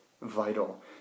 vital